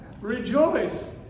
Rejoice